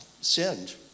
sinned